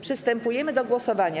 Przystępujemy do głosowania.